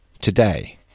today